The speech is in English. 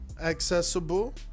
accessible